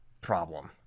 problem